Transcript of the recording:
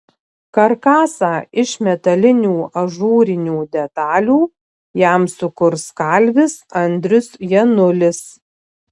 karkasą iš metalinių ažūrinių detalių jam sukurs kalvis andrius janulis